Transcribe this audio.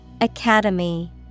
Academy